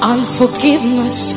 Unforgiveness